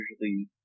usually